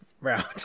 round